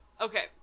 Okay